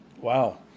Wow